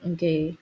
Okay